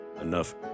enough